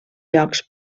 llocs